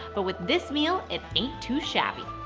but with this meal, it ain't too shabby.